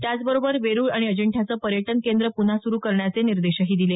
त्याचबरोबर वेरुळ आणि अजिंठ्याचं पर्यटन केंद्र पुन्हा सुरु करण्याचे निर्देशही दिले